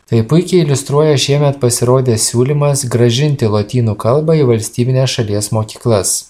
tai puikiai iliustruoja šiemet pasirodęs siūlymas grąžinti lotynų kalbą į valstybines šalies mokyklas